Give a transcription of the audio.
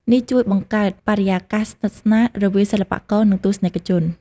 នេះជួយបង្កើតបរិយាកាសស្និទ្ធស្នាលរវាងសិល្បករ និងទស្សនិកជន។